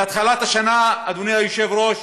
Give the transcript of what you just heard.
מהתחלת השנה, אדוני היושב-ראש,